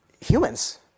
humans